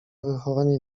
wychowanie